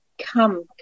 come